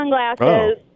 sunglasses